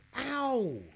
ow